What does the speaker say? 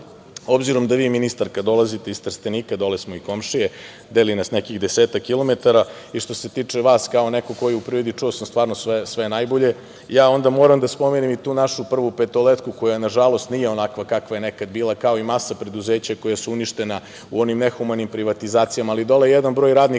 da vi, ministarka dolazite iz Trstenika, dole smo i komšije, deli nas nekih desetak kilometara i što se tiče vas, kao neko ko je u privredi, čuo sam stvarno sve najbolje, ja onda moram da spomenem i tu našu „Prvu petoletku“, koja, nažalost nije onakva kakva je nekada bila, kao i masa preduzeća koja su uništena u onim nehumanim privatizacijama, ali dole je jedan broj radnika